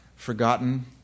forgotten